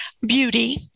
beauty